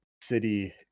city